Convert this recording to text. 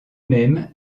même